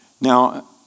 Now